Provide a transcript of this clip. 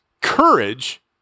Courage